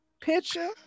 picture